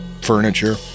furniture